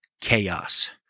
chaos